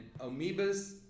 amoebas